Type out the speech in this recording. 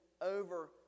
over